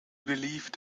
believed